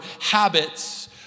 habits